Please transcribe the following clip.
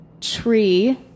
tree